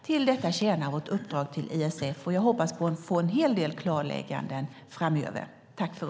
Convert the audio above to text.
Till detta tjänar vårt uppdrag till ISF, och jag hoppas få en hel del klarlägganden framöver.